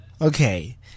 Okay